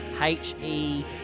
H-E